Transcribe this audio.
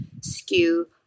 skew